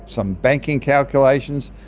some banking calculations.